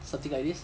something like this